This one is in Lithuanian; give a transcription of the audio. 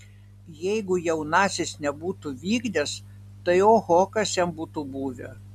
jeigu jaunasis nebūtų vykdęs tai oho kas jam būtų buvę